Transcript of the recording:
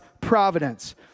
providence